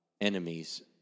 enemies